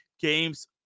games